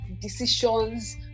decisions